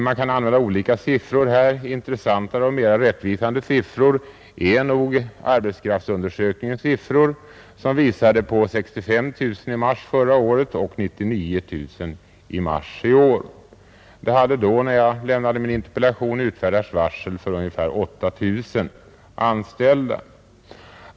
Man kan använda olika siffror, Intressantare och mera rättvisande är nog arbetskraftsundersökningens siffror, som visade på 65 000 i mars förra året och 99 000 i mars i år. Det hade, när jag lämnade min interpellation, utfärdats varsel för ungefär 8 000 anställda.